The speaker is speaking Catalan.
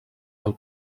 pel